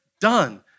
done